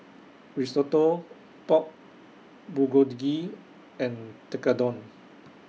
Risotto Pork Bulgogi and Tekkadon